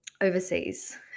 overseas